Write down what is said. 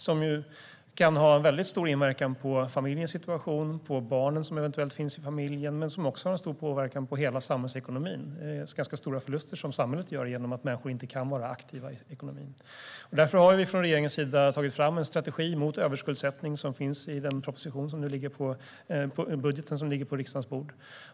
Detta kan få stor inverkan på familjens situation och de barn som eventuellt finns där men också på hela samhällsekonomin. Samhället gör ganska stora förluster när människor inte kan vara aktiva i ekonomin. Regeringen har därför tagit fram en strategi mot överskuldsättning, som finns i den budget som nu ligger på riksdagens bord.